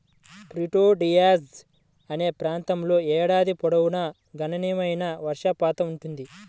Prieto Diaz అనే ప్రాంతంలో ఏడాది పొడవునా గణనీయమైన వర్షపాతం ఉంటుంది